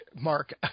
Mark